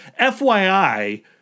FYI